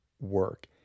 work